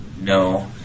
No